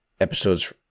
episodes